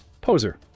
Poser